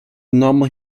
normal